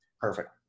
Perfect